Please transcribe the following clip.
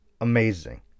Amazing